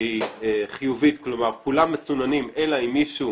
שהיא חיובית, כלומר כולם מסוננים אלא אם מישהו